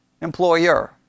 employer